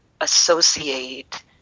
associate